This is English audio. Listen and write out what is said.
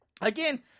Again